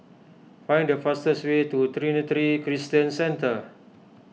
find the fastest way to Trinity Christian Centre